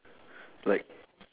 like